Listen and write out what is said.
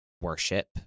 worship